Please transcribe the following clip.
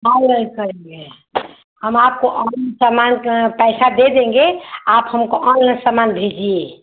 online करेंगे हम आपको अपने सामान का पैसा दे देंगे आप हमको ऑनलाइन सामान भेजिए